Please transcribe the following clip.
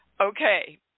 Okay